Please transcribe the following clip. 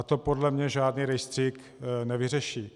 To podle mě žádný rejstřík nevyřeší.